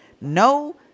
no